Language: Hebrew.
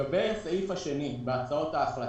לגבי הסעיף השני בהצעות ההחלטה,